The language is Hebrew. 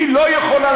היא לא יכולה,